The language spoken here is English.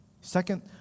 Second